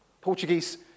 Portuguese